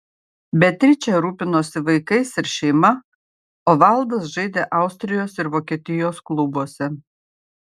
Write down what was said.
beatričė rūpinosi vaikais ir šeima o valdas žaidė austrijos ir vokietijos klubuose